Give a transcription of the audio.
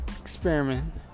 experiment